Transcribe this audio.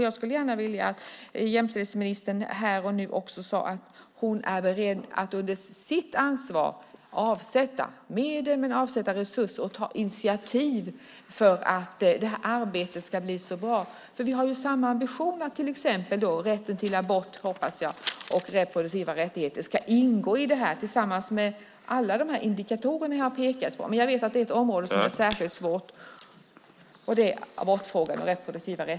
Jag skulle gärna vilja att jämställdhetsministern här och nu också sade att hon är beredd att under sitt ansvar avsätta medel och resurser och ta initiativ för att detta arbete ska bli bra. Vi har samma ambitioner, hoppas jag, till exempel att rätten till abort och reproduktiva rättigheter ska ingå tillsammans med alla de indikatorer som jag pekat på. Men jag vet att det är ett område som är särskilt svårt.